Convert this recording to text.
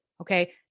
okay